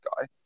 guy